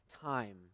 time